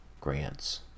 grants